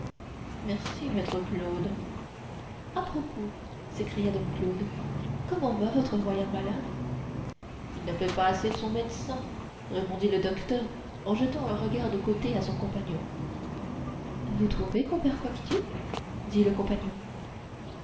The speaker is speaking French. merci maître claude à propos s'écria dom claude comment va votre royal malade il ne paye pas assez son médecin répondit le docteur en jetant un regard de côté à son compagnon vous trouvez compère coictier dit le compagnon